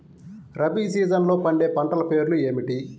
రబీ సీజన్లో పండే పంటల పేర్లు ఏమిటి?